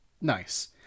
Nice